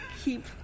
keep